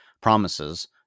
promises